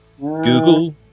Google